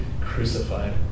crucified